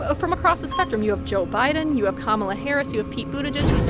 ah from across the spectrum. you have joe biden. you have kamala harris. you have pete buttigieg.